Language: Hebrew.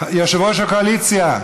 יושב-ראש הקואליציה,